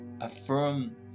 affirm